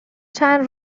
چند